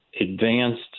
advanced